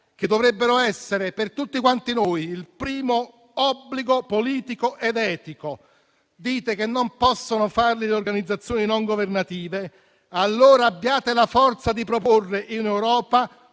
che dovrebbero essere per tutti quanti noi il primo obbligo politico ed etico. Dite che non possono farli le organizzazioni non governative, allora abbiate la forza di proporre in Europa